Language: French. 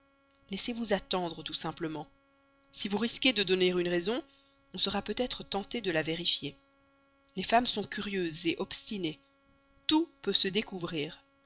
laissez-vous attendre tout simplement si vous risquez de donner une raison on sera peut-être tenté de la vérifier les femmes sont curieuses obstinées tout peut se découvrir